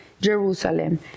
Jerusalem